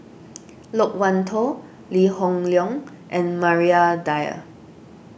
Loke Wan Tho Lee Hoon Leong and Maria Dyer